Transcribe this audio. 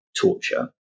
torture